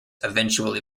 eventually